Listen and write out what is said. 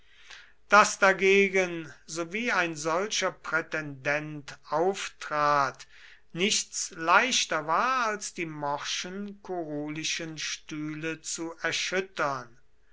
daß dagegen sowie ein solcher prätendent auftrat nichts leichter war als die morschen kurulischen stühle zu erschüttern